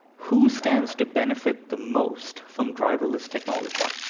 who stands to benefit the most from driverless technology?